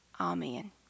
Amen